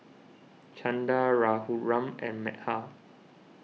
Chanda Raghuram and Medha